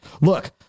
Look